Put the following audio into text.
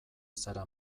zara